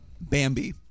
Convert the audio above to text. Bambi